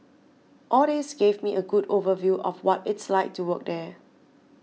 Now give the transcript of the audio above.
all this gave me a good overview of what it's like to work there